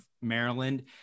maryland